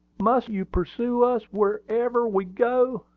must you pursue us wherever we go?